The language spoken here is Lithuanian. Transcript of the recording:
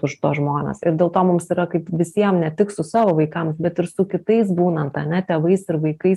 šituos žmones ir dėl to mums yra kaip visiem ne tik su savo vaikams bet ir su kitais būnant ane tėvais ir vaikais